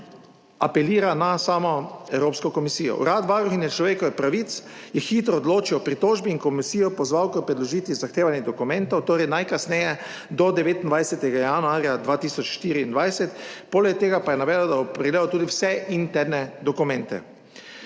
apelira na samo Evropsko komisijo. Urad varuhinje človekovih pravic je hitro odločil o pritožbi in komisijo pozval k predložitvi zahtevanih dokumentov, torej najkasneje do 29. januarja 2024, poleg tega pa je navedel, da bo pregledal tudi vse interne dokumente.